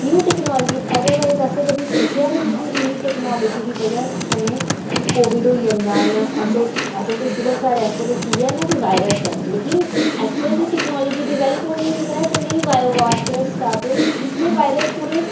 new technology otherwise असें कदें सोचेआ बी निं ही कि इ'न्नी टेक्नोलॉजी दी बजह् कन्नै कि कोविड होई जंदा जां असें ते सिर्फ साढ़े आस्तै ते सिर्फ इ'यै ऐ ना कि इक वायरस ऐ लेकिन एक्चुअल च टेक्नोलॉजी डेवलप होने दी बजह् कन्नै गै बायो बार फेयर स्टार्ट होई ते वायरस पूरे